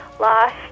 lost